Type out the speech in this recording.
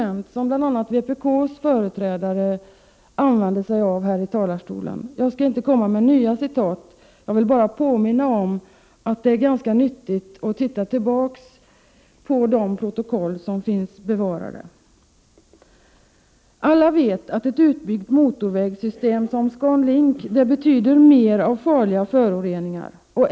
1988/89:35 använde sig av var precis lika aktuella. Jag skall inte komma med nya citat. 30 november 1988 Jag vill bara påminna om att det är ganska nyttigt att titta tillbaka På de = ö.umdtörn = protokoll som finns bevarade. Alla vet att ett utbyggt motorvägssystem, som ScanLink, betyder mer av farliga föroreningar.